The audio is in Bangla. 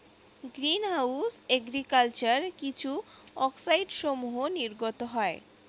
গ্রীন হাউস এগ্রিকালচার কিছু অক্সাইডসমূহ নির্গত হয়